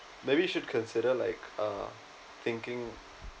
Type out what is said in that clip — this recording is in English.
maybe you should consider like uh thinking